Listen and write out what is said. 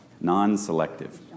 Non-selective